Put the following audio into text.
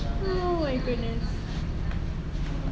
oh my goodness